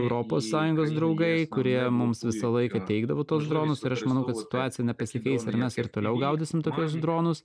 europos sąjungos draugai kurie mums visą laiką teikdavo tuos dronus ir aš manau kad situacija nepasikeis ir mes ir toliau gaudysim tokius dronus